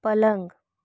पलंग